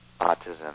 autism